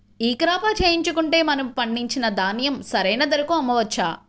ఈ క్రాప చేయించుకుంటే మనము పండించిన ధాన్యం సరైన ధరకు అమ్మవచ్చా?